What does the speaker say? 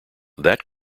that